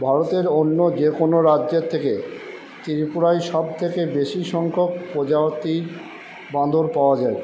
ভারতের অন্য যে কোনো রাজ্যের থেকে ত্রিপুরায় সব থেকে বেশি সংখ্যক প্রজাতির বাঁদর পাওয়া যায়